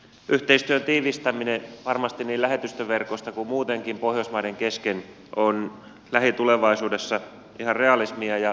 yhteistyön tiivistäminen varmasti niin lähetystöverkosta kuin muutenkin pohjoismaiden kesken on lähitulevaisuudessa ihan realismia ja myöskin tärkeää